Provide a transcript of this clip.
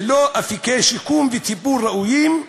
ללא אפיקי שיקום וטיפול עיקריים.